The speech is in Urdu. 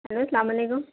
ہیلو سلام علیکم